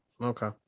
okay